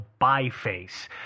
Biface